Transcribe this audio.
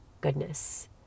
goodness